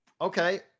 Okay